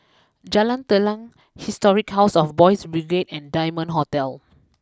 Jalan Telang Historic house of Boys Brigade and Diamond Hotel